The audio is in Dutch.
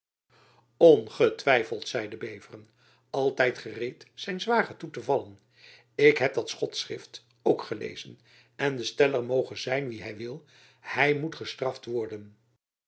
ongetwijfeld zeide beveren altijd gereed zijn zwager toe te vallen ik heb dat schotschrift ook gelezen en de steller moge zijn wie hy wil hy moet gestraft worden